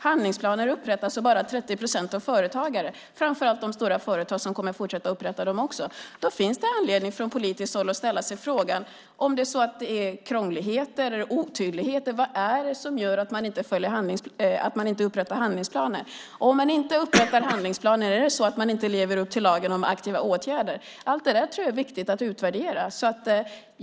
Handlingsplaner upprättas av bara 30 procent av företagarna - framför allt av de stora företag som också kommer att fortsätta upprätta dem. Då finns det anledning att från politiskt håll ställa sig frågan om det är krånglighet, otydlighet eller något annat som gör att man inte upprättar handlingsplaner. Om man inte upprättar handlingsplaner, lever man då inte upp till lagen om aktiva åtgärder? Allt detta tror jag är viktigt att utvärdera.